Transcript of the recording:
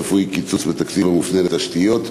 צפוי קיצוץ בתקציב המופנה לתשתיות,